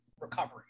recovery